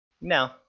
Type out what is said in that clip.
No